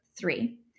three